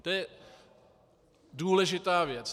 To je důležitá věc.